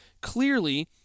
clearly